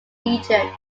region